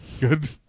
Good